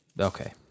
Okay